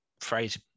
phrase